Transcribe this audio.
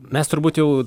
mes turbūt jau